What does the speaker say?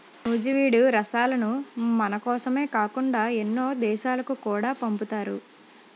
నూజివీడు రసాలను మనకోసమే కాకుండా ఎన్నో దేశాలకు కూడా పంపుతారు